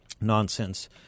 nonsense